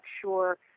sure